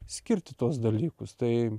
skirti tuos dalykus tai